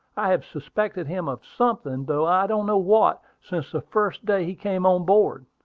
i have suspected him of something, though i don't know what, since the first day he came on board.